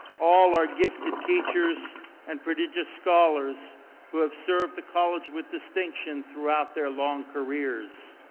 all are gifted teachers and prodigious scholars who have served the college with distinction throughout their long careers.